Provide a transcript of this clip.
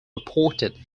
reported